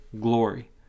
glory